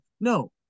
No